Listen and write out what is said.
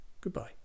Goodbye